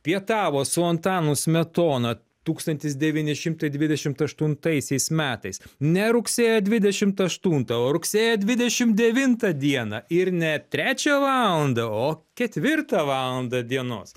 pietavo su antanu smetona tūkstantis devyni šimtai dvidešim aštuntaisiais metais ne rugsėjo dvidešim aštuntą o rugsėjo dvidešim devintą dieną ir ne trečią valandą o ketvirtą valandą dienos